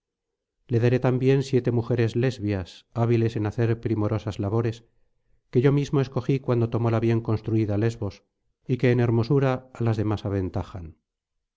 le daré también siete mujeres lesbias hábiles en hacer primorosas labores que yo mismo escogí cuando tomó la bien construida lesbos y que en hermosura á las demás aventajaban